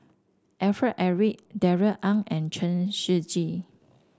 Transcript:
Alfred Eric Darrell Ang and Chen Shiji